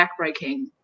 backbreaking